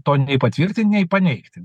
to nei patvirtint nei paneigti